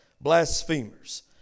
blasphemers